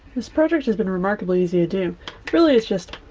this project has been remarkably easy to do really it's just